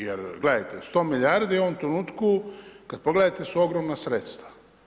Jer gledajte, 100 milijardi u ovom trenutku kad pogledate su ogromna sredstva.